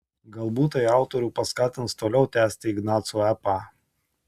galbūt tai autorių paskatins toliau tęsti ignaco epą